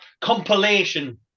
compilation